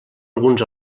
alguns